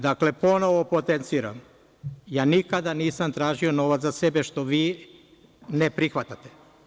Dakle, ponovo potenciram - ja nikada nisam tražio novac za sebe, što vi ne prihvatate.